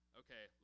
okay